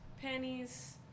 panties